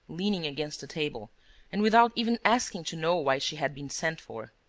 leaning against a table and without even asking to know why she had been sent for.